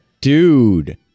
dude